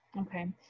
Okay